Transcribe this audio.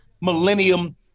millennium